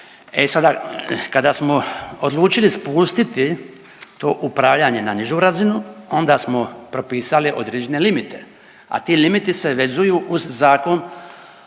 E sada kada smo odlučili spustiti to upravljanje na nižu razinu onda smo propisali određene limite, a ti limiti se vezuju uz Zakon